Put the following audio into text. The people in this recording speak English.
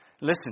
Listen